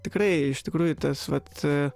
tikrai iš tikrųjų tas vat